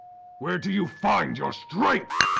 where do you find your strength?